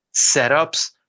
setups